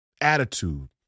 attitude